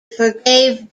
forgave